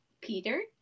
Peter